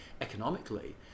economically